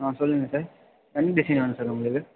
ஆ சொல்லுங்கள் சார் என்ன டிசைன் வேணும் சார் உங்களுக்கு